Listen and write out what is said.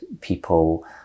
people